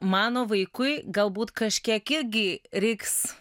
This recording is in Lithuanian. mano vaikui galbūt kažkiek irgi reiks